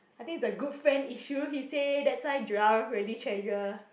I think it's a good friend issue he say that's why Joel really treasure